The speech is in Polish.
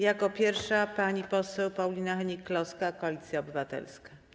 Jako pierwsza pani poseł Paulina Hennig-Kloska, Koalicja Obywatelska.